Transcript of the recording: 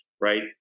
right